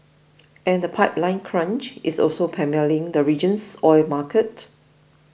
and the pipeline crunch is also pummelling the region's oil market